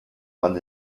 man